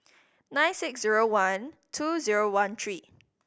nine six zero one two zero one three